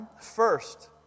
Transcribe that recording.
first